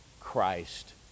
Christ